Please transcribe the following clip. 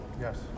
Yes